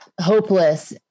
hopeless